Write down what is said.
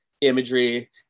imagery